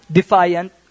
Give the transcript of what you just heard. defiant